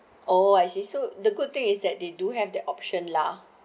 oh I see so the good thing is that they do have that option lah